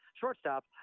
shortstop